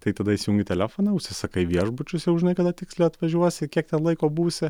tai tada įsijungi telefoną užsisakai viešbučius jau žinai kada tiksliai atvažiuosi kiek ten laiko būsi